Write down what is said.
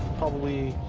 probably,